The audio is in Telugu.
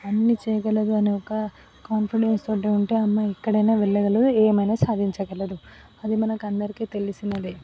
అన్నీ చేయగలదు అనే ఒక కాన్ఫిడెన్స్ తోటి ఉంటే అమ్మాయి ఎక్కడైనా వెళ్ళగలదు ఏమైనా సాధించగలదు అది మనకు అందరికీ తెలిసినదే